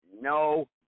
no